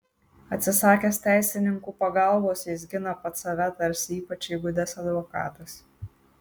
atsisakęs teisininkų pagalbos jis gina pats save tarsi ypač įgudęs advokatas